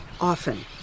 often